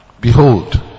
Behold